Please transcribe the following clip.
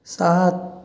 सात